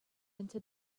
into